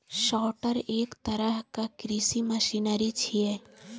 sorter एक तरहक कृषि मशीनरी छियै